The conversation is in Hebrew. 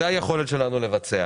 זאת היכולת שלנו לבצע,